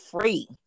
free